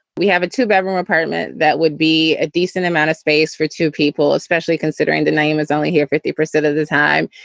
we have a two bedroom apartment that would be a decent amount of space for two people, especially considering the name is only here. fifty percent of the time,